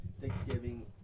Thanksgiving